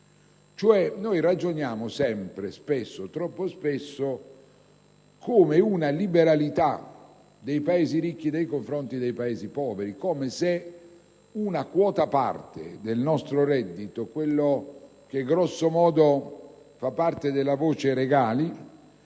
Cioè, ragioniamo troppo spesso in termini di una liberalità dei Paesi ricchi nei confronti dei Paesi poveri, come se una quota parte del nostro reddito, quella che grosso modo fa parte della voce "regali",